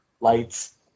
lights